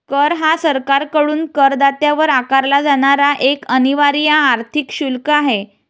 कर हा सरकारकडून करदात्यावर आकारला जाणारा एक अनिवार्य आर्थिक शुल्क आहे